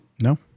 No